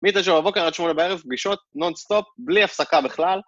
מתשע בבוקר עד שמונה בערב, פגישות נונסטופ, בלי הפסקה בכלל.